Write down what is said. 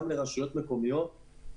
גם לרשויות מקומיות,